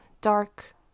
dark